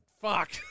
Fuck